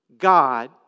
God